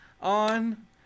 on